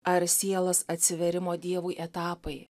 ar sielos atsivėrimo dievui etapai